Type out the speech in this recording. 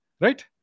Right